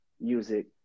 music